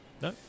No